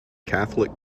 catholic